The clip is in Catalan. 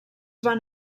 van